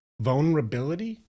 vulnerability